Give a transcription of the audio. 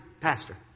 pastor